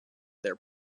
their